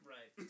Right